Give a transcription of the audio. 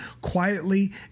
quietly